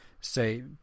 say